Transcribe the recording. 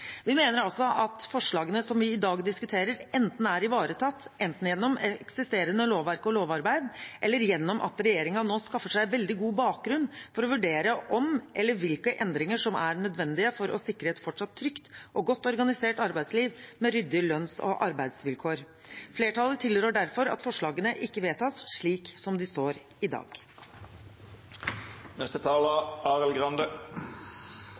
Vi mener altså at forslagene som vi i dag diskuterer, enten er ivaretatt gjennom eksisterende lovverk og lovarbeid, eller gjennom at regjeringen nå skaffer seg veldig god bakgrunn for å vurdere om eller hvilke endringer som er nødvendige for å sikre et fortsatt trygt og godt organisert arbeidsliv med ryddige lønns- og arbeidsvilkår. Flertallet tilrår derfor at forslagene ikke vedtas slik som de står i dag.